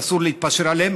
שאסור להתפשר עליה,